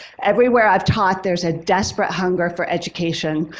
everywhere i've taught there's a desperate hunger for education.